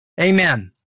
Amen